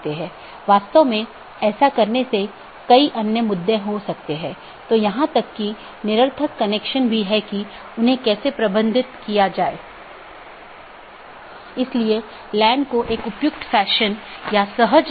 और एक autonomous system एक ही संगठन या अन्य सार्वजनिक या निजी संगठन द्वारा प्रबंधित अन्य ऑटॉनमस सिस्टम से भी कनेक्ट कर सकती है